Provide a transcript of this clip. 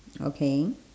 okay